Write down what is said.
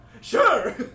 Sure